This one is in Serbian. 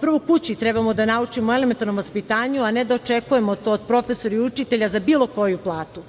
prvo kući trebamo da naučimo elementarnom vaspitanju, a ne da očekujemo to od profesora i učitelja, za bilo koju platu.